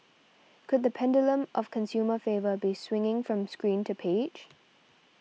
could the pendulum of consumer favour be swinging from screen to page